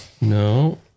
No